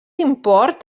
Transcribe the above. import